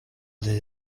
desde